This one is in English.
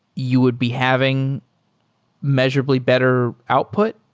you would be having measurably better output?